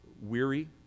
weary